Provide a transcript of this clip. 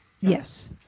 Yes